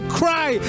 cry